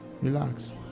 Relax